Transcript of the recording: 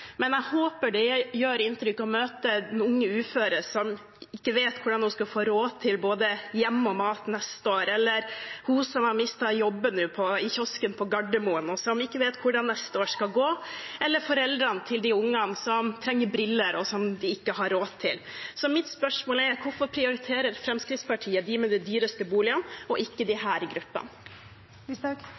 men jeg håper det gjør inntrykk å møte den unge uføre som ikke vet hvordan hun skal få råd til både hjem og mat neste år, eller henne som har mistet jobben i kiosken på Gardermoen, og som ikke vet hvordan neste år skal gå, eller foreldrene til de ungene som trenger briller, og som de ikke har råd til. Så mitt spørsmål er: Hvorfor prioriterer Fremskrittspartiet dem med de dyreste boligene, og ikke disse gruppene?